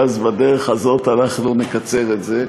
ואז בדרך הזאת נקצר את זה.